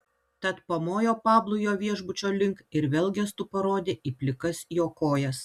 tad pamojo pablui jo viešbučio link ir vėl gestu parodė į plikas jo kojas